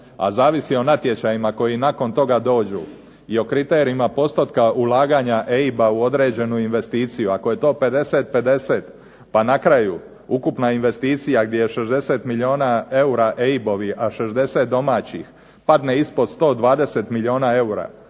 a zavisi o natječajima koji nakon toga dođu i o kriterijima postotka ulaganja EIB-a u određenu investiciju. Ako je to 50:50, pa na kraju ukupna investicija gdje je 60 milijuna eura EIB-ovih, a 60 domaćih padne ispod 120 milijuna eura